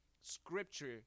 scripture